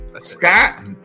Scott